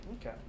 Okay